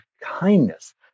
kindness